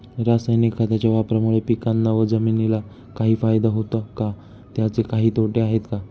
रासायनिक खताच्या वापरामुळे पिकांना व जमिनीला काही फायदा होतो का? त्याचे काही तोटे आहेत का?